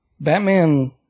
Batman